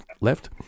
left